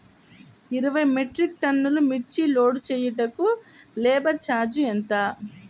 ఇరవై మెట్రిక్ టన్నులు మిర్చి లోడ్ చేయుటకు లేబర్ ఛార్జ్ ఎంత?